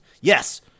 Yes